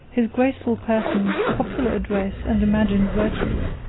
his graceful person, popular address, and imagined virtues,